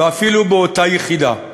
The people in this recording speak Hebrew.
ואפילו באותה יחידה,